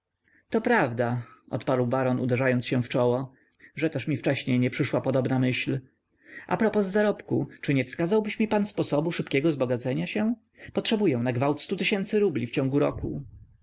to prawda odparł baron uderzając się w czoło że też mi wcześniej nie przyszła podobna myśl a propos zarobku czy nie wskazałbyś mi pan sposobu szybkiego zbogacenia się potrzebuję na gwałt stu tysięcy rubli w ciągu roku